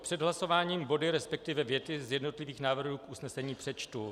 Před hlasováním body, resp. věty z jednotlivých návrhů k usnesení přečtu.